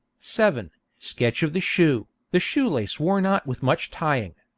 seven. sketch of the shoe, the shoe-lace worn out with much tying.